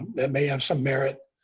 that may have some merit.